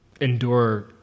endure